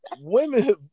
Women